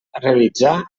realitzar